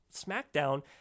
smackdown